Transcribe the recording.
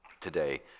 today